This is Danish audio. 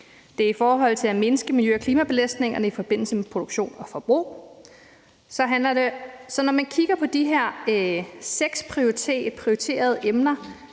det er i forhold til at mindske miljø- og klimabelastningerne i forbindelse med produktion og forbrug. Så når man kigger på de her seks prioriterede emner,